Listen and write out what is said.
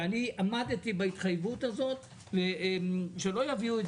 ואני עמדתי בהתחייבות הזאת שלא יביאו את